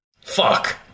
Fuck